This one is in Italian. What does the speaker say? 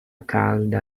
calda